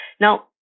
Now